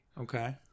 okay